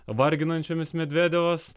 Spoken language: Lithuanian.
varginančiomis medvedevas